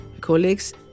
colleagues